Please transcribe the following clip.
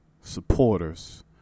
supporters